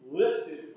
listed